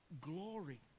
glory